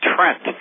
Trent